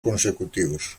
consecutivos